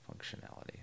functionality